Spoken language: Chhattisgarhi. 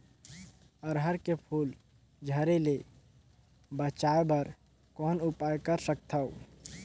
अरहर के फूल झरे ले बचाय बर कौन उपाय कर सकथव?